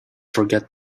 forget